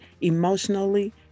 emotionally